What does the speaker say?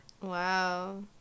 Wow